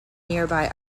nearby